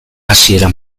hasiera